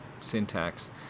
syntax